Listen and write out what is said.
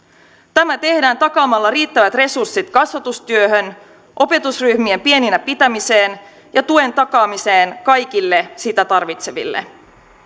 tämä tehdään takaamalla riittävät resurssit kasvatustyöhön opetusryhmien pieninä pitämiseen ja tuen takaamiseen kaikille sitä tarvitseville